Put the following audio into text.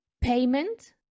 payment